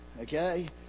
Okay